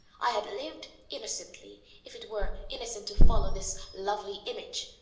i had lived innocently, if it were innocent to follow this lovely image,